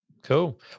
Cool